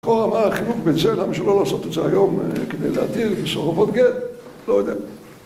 קורא מה החינוך בזה, למה שלא לעשות את זה היום כדי להתיר מסורבות גט? לא יודע.